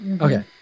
Okay